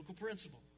principle